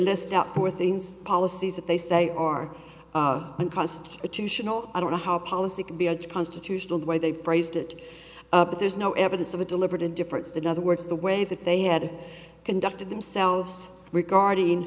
list out for things policies that they say are unconstitutional i don't know how policy can be constitutional the way they phrased it but there's no evidence of a deliberate indifference in other words the way that they had conducted themselves regarding